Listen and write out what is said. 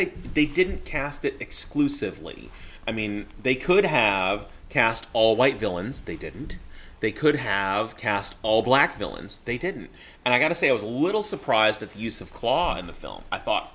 they they didn't cast it exclusively i mean they could have cast all white villains they didn't they could have cast all black villains they didn't and i got to say i was a little surprised that the use of claw in the film i thought